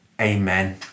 amen